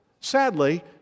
Sadly